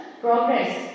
progress